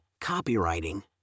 copywriting